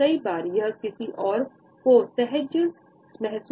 कई बार यह किसी और को सहज महसूस कराने के लिए एक विनम्र तरीका है